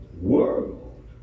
world